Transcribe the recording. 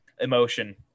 emotion